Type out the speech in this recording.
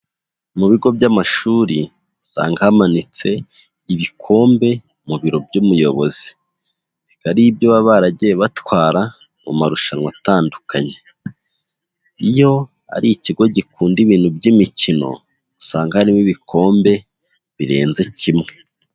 Mu bigo by'amashuri usanga hamanitse ibikombe mu biro by'umuyobozi. Biba ari ibyo baba baragiye batwara mu marushanwa atandukanye, iyo ari ikigo gikunda ibintu by'imikino, usanga harimo ibikombe birenze kimwe.